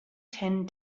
ten